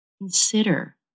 Consider